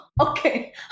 okay